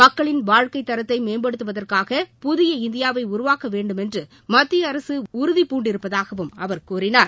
மக்களின் வாழ்க்கைத் தரத்தை மேம்படுத்துவதற்காக புதிய இந்தியாவை உருவாக்க வேண்டுமென்று மத்திய அரசு உறுதி பூண்டிருப்பதாகவும் அவர் கூறினார்